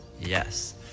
yes